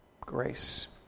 grace